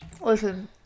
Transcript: listen